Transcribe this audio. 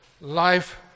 life